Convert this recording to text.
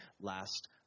last